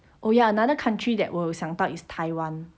oh ya another country 我又想到 is taiwan